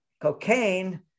cocaine